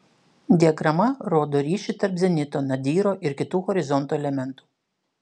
diagrama rodo ryšį tarp zenito nadyro ir kitų horizonto elementų